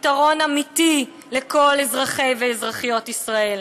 פתרון אמיתי לכל אזרחי ואזרחיות ישראל.